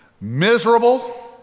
Miserable